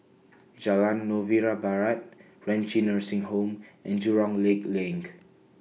Jalan Novena Barat Renci Nursing Home and Jurong Lake LINK